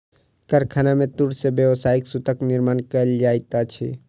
कारखाना में तूर से व्यावसायिक सूतक निर्माण कयल जाइत अछि